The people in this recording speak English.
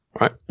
right